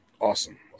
Awesome